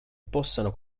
possano